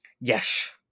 Yes